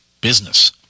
business